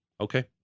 okay